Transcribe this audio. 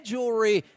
Jewelry